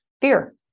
Fear